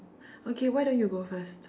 okay why don't you go first